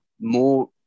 more